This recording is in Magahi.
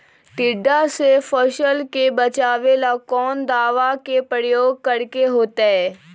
टिड्डा से फसल के बचावेला कौन दावा के प्रयोग करके होतै?